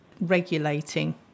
regulating